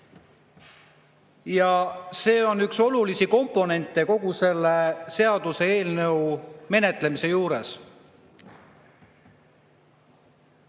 Ja see on üks olulisi komponente kogu selle seaduseelnõu menetlemise juures.